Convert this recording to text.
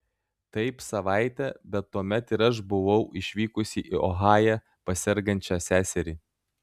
taip savaitę bet tuomet ir aš buvau išvykusi į ohają pas sergančią seserį